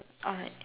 alright